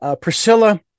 Priscilla